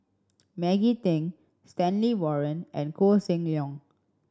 Maggie Teng Stanley Warren and Koh Seng Leong